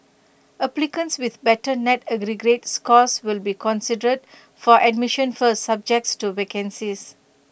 applicants with better net aggregate scores will be considered for admission first subject to vacancies